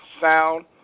sound